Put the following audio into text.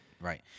Right